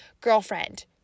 girlfriend